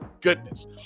goodness